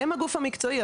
הם הגוף המקצועי,